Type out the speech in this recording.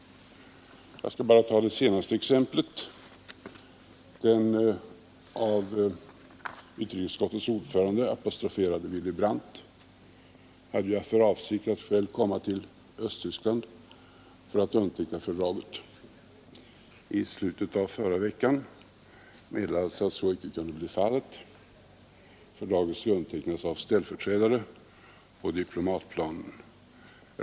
Jag skall bara anföra det senaste exemplet: Den av utrikesutskottets ordförande apostroferade Willy Brandt hade haft för avsikt att själv komma till Östtyskland för att underteckna fördraget. I slutet av förra veckan meddelades att så icke kunde bli fallet. Fördraget skall undertecknas av ställföreträdare på diplomatplanet.